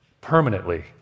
permanently